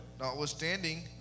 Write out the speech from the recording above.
notwithstanding